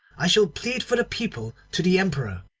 i shall plead for the people to the emperor.